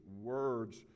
words